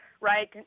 right